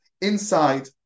inside